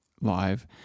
live